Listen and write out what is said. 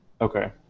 Okay